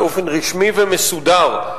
באופן רשמי ומסודר,